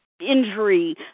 injury